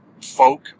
folk